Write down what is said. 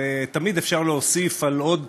ותמיד אפשר להוסיף עוד תג,